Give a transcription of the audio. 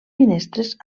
finestres